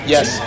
Yes